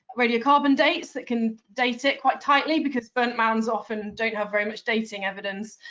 radiocarbon dates that can date it quite tightly because burnt mounds often don't have very much dating evidence.